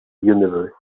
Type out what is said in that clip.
universe